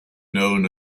known